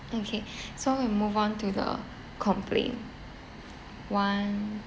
okay so we move on to the complain one